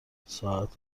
ساعت